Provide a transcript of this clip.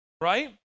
right